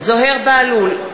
זוהיר בהלול,